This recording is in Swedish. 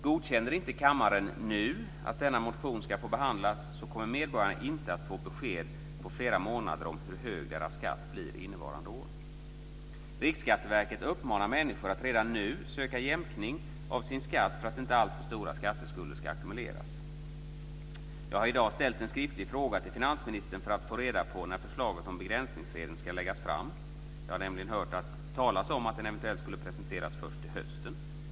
Godkänner inte kammaren nu att denna motion ska få behandlas, kommer medborgarna inte att få besked på flera månader om hur hög deras skatt blir innevarande år. Riksskatteverket uppmanar människor att redan nu söka jämkning av sin skatt för att inte alltför stora skatteskulder ska ackumuleras. Jag har i dag ställt en skriftlig fråga till finansministern för att få reda på när förslaget om begränsningsregeln ska läggas fram. Jag har nämligen hört talas om att den eventuellt ska presenteras först till hösten.